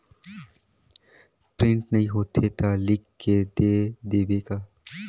Print नइ होथे ता लिख के दे देबे का?